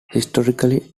historically